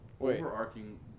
overarching